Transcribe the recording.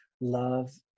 love